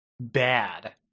bad